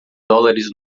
dólares